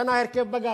השתנה הרכב בג"ץ.